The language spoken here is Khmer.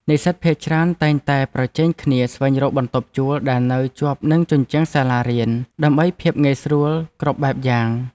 និស្សិតភាគច្រើនតែងតែប្រជែងគ្នាស្វែងរកបន្ទប់ជួលដែលនៅជាប់នឹងជញ្ជាំងសាលារៀន ដើម្បីភាពងាយស្រួលគ្រប់បែបយ៉ាង។